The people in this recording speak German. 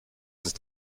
ist